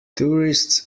tourists